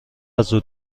زود